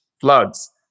floods